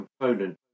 component